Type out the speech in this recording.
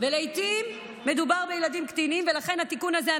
ולעיתים מדובר בילדים קטינים, ולכן התיקון הזה.